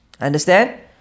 Understand